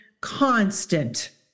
constant